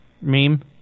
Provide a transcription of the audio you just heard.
meme